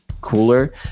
cooler